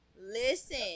Listen